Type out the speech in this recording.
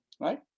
right